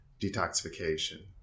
detoxification